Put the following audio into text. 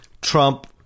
Trump